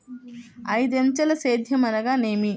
ఐదంచెల సేద్యం అనగా నేమి?